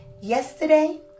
yesterday